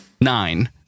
nine